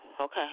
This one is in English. Okay